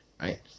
right